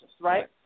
right